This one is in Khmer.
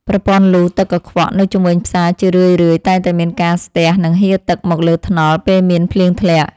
ប្រព័ន្ធលូទឹកកខ្វក់នៅជុំវិញផ្សារជារឿយៗតែងតែមានការស្ទះនិងហៀរទឹកមកលើថ្នល់ពេលមានភ្លៀងធ្លាក់។